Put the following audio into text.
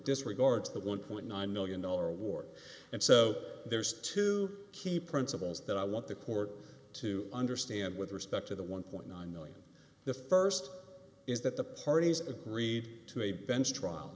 disregards that one point nine million dollar award and so there's two key principles that i want the court to understand with respect to the one point nine million the first is that the parties agreed to a bench trial